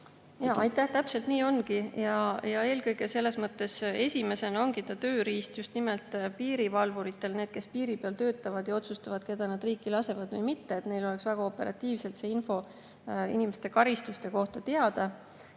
Jaa, täpselt nii ongi. Eelkõige selles mõttes esimesena ongi ta tööriist just nimelt piirivalvuritele, et nendel, kes piiri peal töötavad ja otsustavad, keda nad riiki lasevad või mitte, oleks väga operatiivselt see info inimeste karistuste kohta teada.